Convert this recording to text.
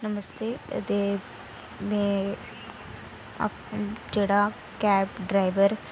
नमस्ते ते में अपने जेह्ड़ा कैव ड्राईवर